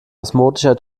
osmotischer